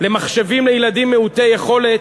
למחשבים לילדים מעוטי יכולת.